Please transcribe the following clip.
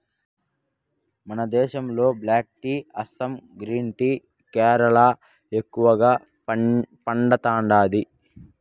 మన దేశంలో black tea Assam green tea Kerala ఎక్కువగా పండతాండాది